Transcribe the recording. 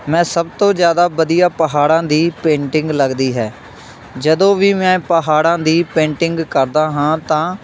ਮੈਂ ਸਭ ਤੋਂ ਜ਼ਿਆਦਾ ਵਧੀਆ ਪਹਾੜਾਂ ਦੀ ਪੇਂਟਿੰਗ ਲੱਗਦੀ ਹੈ ਜਦੋਂ ਵੀ ਮੈਂ ਪਹਾੜਾਂ ਦੀ ਪੇਂਟਿੰਗ ਕਰਦਾ ਹਾਂ ਤਾਂ